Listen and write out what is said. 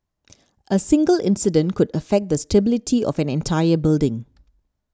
a single incident could affect the stability of an entire building